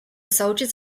soldiers